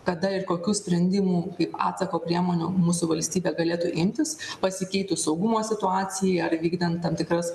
kada ir kokių sprendimų kaip atsako priemonių mūsų valstybė galėtų imtis pasikeitus saugumo situacijai ar vykdant tam tikras